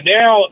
now